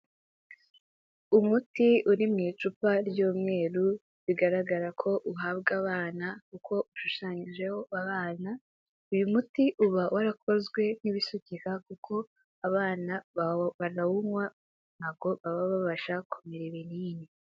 Umuti uri mu icupa ry'umweru, bigaragara ko uhabwa abana kuko ushushanyijeho abana, uyu muti uba warakozwe nk'ibisukika kuko abana bawu barawuywa kuko ntabwo baba babasha kumira ibinini.